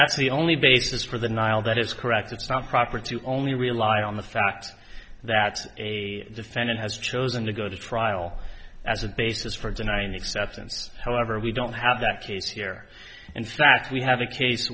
the only basis for the nile that is correct it's not proper to only rely on the fact that a defendant has chosen to go to trial as a basis for denying exceptions however we don't have that case here in fact we have a case